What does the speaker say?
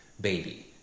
baby